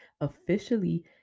officially